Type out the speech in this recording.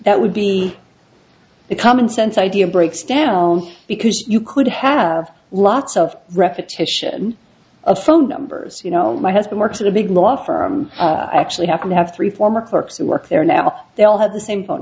that would be common sense idea breaks down because you could have lots of repetition of phone numbers you know my husband works at a big law firm i actually have to have three former clerks who work there now they all have the same phone